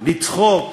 לצחוק?